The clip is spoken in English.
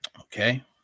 Okay